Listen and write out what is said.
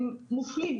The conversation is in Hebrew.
הם מופלים.